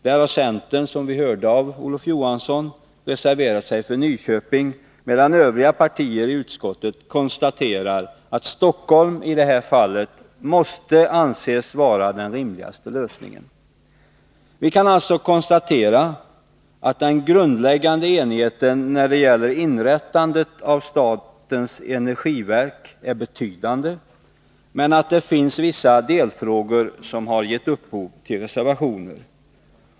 Där har centern, som framgick av Olof Johanssons anförande, reserverat sig för Nyköping, medan övriga partier i utskottet ansett att Stockholm måste vara den rimligaste lösningen i lokaliseringsfrågan. Vi kan alltså konstatera att den grundläggande enigheten när det gäller inrättandet av statens energiverk är betydande men att det finns vissa delfrågor som har gett upphov till reservationer.